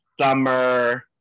summer